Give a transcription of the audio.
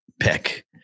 pick